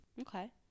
okay